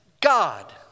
God